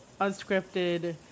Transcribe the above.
unscripted